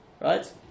right